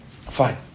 fine